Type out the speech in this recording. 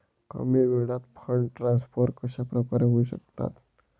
कमी वेळात fund transfer कशाप्रकारे होऊ शकतात?